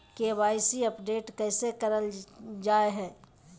KYC update कैसे करल जाहै?